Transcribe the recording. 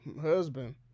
husband